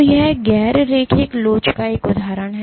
तो यह गैर रैखिक लोच का एक उदाहरण है